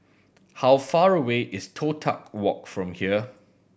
how far away is Toh Tuck Walk from here